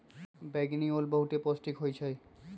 बइगनि ओल बहुते पौष्टिक होइ छइ